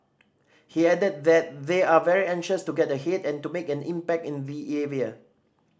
he added that they are very anxious to get ahead and to make an impact in their area